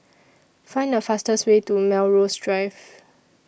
Find The fastest Way to Melrose Drive